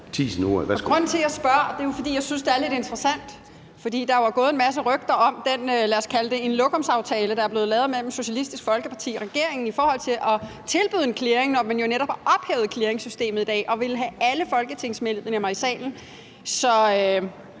Grunden til, at jeg spørger, er, at jeg synes, det er lidt interessant. For der er jo gået en masse rygter om den, skal vi kalde det lokumsaftale, der er blevet lavet mellem Socialistisk Folkeparti og regeringen i forhold til at tilbyde en clearing, når man jo netop har ophævet clearingsystemet i dag og vil have alle folketingsmedlemmer i salen. Så